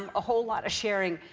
um a whole lot of sharing.